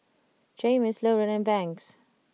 Jaymes Lauren and Banks